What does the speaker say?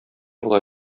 була